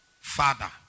father